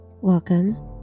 Welcome